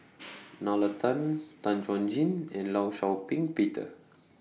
Nalla Tan Tan Chuan Jin and law Shau Ping Peter